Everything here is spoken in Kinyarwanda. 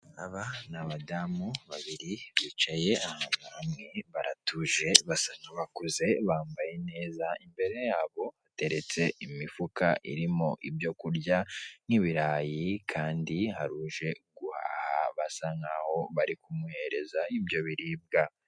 Aba nabadamu babiri bicaye ahantu hamwe baratuje basa nkabakuze bambaye neza imbere yabo hateretse imifuka irimo ibyo kurya nkibirayi kandi hari uje guhaha basa nkaho bari kumuhereza ibyo biribwa